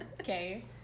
okay